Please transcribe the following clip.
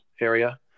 area